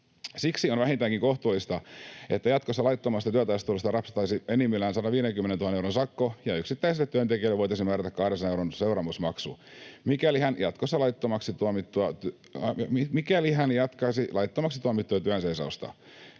Siksi on vähintäänkin kohtuullista, että jatkossa laittomasta työtaistelusta rapsahtaisi enimmillään 150 000 euron sakko ja yksittäiselle työntekijälle voitaisiin määrätä 200 euron seuraamusmaksu, mikäli hän jatkaisi laittomaksi tuomittua työnseisausta.